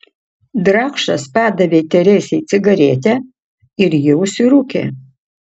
drakšas padavė teresei cigaretę ir ji užsirūkė